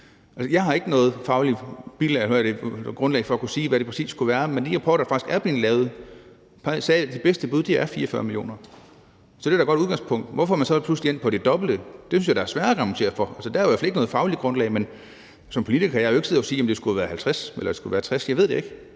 Jeg har ikke noget fagligt grundlag for at kunne sige, hvad det præcis skulle være, men i de prøver, der faktisk er blevet lavet, er de bedste bud 44 mio. kr. Så det er da et godt udgangspunkt. Hvorfor man så pludselig vil op på det dobbelte, synes jeg da er sværere at argumentere for. Der er i hvert fald ikke noget fagligt grundlag, men som politiker kan jeg jo ikke sidde og sige, om det skulle have været 50 eller det skulle